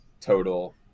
total